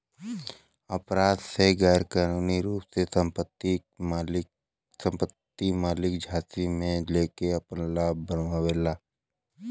अपराध में गैरकानूनी रूप से संपत्ति के मालिक झांसे में लेके आपन लाभ बनावेला